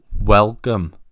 welcome